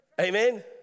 Amen